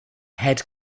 head